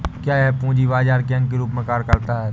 क्या यह पूंजी बाजार के अंग के रूप में कार्य करता है?